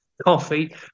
coffee